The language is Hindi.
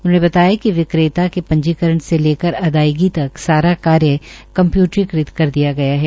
उन्होंने बताया कि विक्रेता के पंजीकरण से लेकर अदायगी तक सारा कार्य कंमध्यूटरीकृत कर दिया है